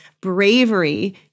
bravery